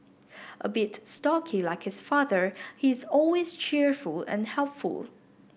a bit stocky like his father he is always cheerful and helpful